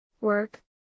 Work